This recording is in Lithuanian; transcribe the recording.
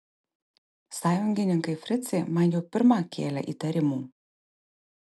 sąjungininkai fricai man jau pirma kėlė įtarimų